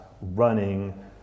running